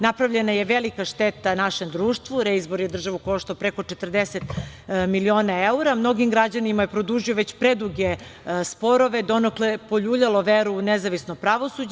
Napravljena je velika šteta našem društvu, reizbor je državu koštao preko 40 miliona evra, mnogim građanima je produžio već preduge sporove, donekle je poljuljalo veru u nezavisno pravosuđe.